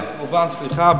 סליחה,